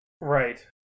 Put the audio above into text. Right